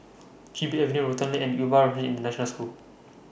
Chin Bee Avenue Rotan Lane and Yuva International School